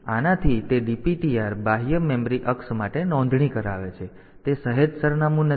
તેથી આનાથી તે DPTR બાહ્ય મેમરી અક્ષ માટે નોંધણી કરાવે છે અને તે સહેજ સરનામું નથી